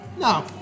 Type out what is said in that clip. no